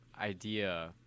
idea